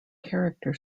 character